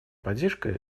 поддержка